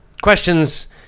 questions